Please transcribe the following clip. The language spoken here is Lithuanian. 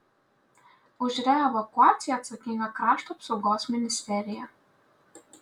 už reevakuaciją atsakinga krašto apsaugos ministerija